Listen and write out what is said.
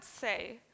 say